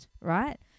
Right